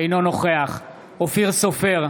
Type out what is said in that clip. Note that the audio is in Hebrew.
אינו נוכח אופיר סופר,